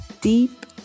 deep